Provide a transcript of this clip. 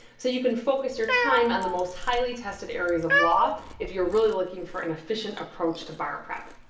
so, you can focus your time on the most highly tested areas of law if you're really looking for an efficient approach to bar prep.